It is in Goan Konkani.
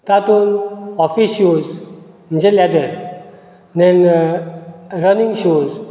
तातूंत ऑफीज शूज म्हणजे लॅदर देन रनींग शूज